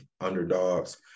underdogs